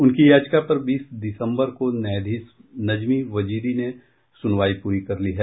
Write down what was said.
उनकी याचिका पर बीस दिसम्बर को न्यायाधीश नजमी वजीरी ने सुनवाई पूरी कर ली है